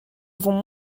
vont